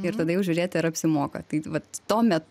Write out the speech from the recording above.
ir tada jau žiūrėti ar apsimoka tai vat tuomet